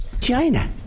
China